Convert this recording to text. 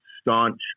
staunch